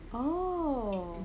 oh